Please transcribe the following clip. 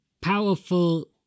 powerful